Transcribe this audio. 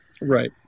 Right